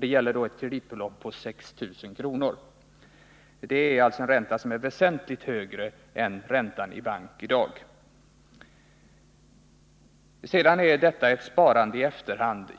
Det gäller då ett kreditbelopp på 6 000 kr. Det är alltså en ränta som är väsentligt högre än bankräntan i dag. Det är helt riktigt att detta är ett sparande i efterhand.